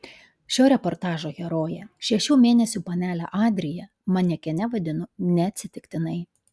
šio reportažo heroję šešių mėnesių panelę adriją manekene vadinu neatsitiktinai